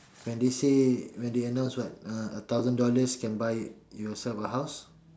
when they say when they announced what uh a thousand dollars can buy yourself a house